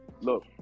Look